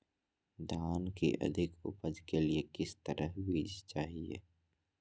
धान की अधिक उपज के लिए किस तरह बीज चाहिए?